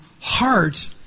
heart